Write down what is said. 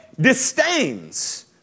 disdains